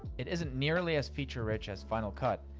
it isn't nearly as feature rich as final cut,